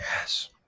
Yes